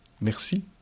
Merci